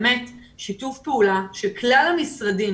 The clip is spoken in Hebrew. שיתוף פעולה של כלל המשרדים,